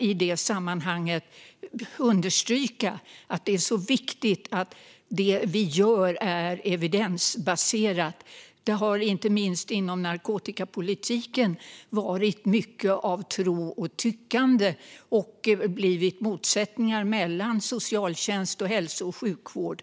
I sammanhanget är det viktigt att understryka att det vi gör är evidensbaserat. Det har inte minst inom narkotikapolitiken varit mycket av tro och tyckande, och det har blivit motsättningar mellan socialtjänst och hälso och sjukvård.